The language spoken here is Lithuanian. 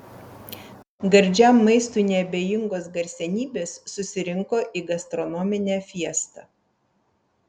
gardžiam maistui neabejingos garsenybės susirinko į gastronominę fiestą